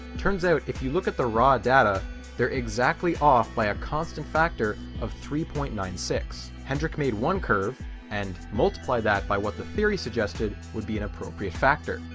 turns out if you look at the raw data they're exactly off by a constant factor of three point nine six. hendrik made one curve and multiplied that by what the theory suggested would be an appropriate factor.